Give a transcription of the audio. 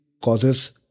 causes